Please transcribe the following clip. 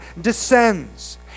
descends